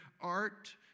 art